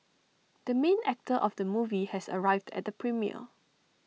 the main actor of the movie has arrived at the premiere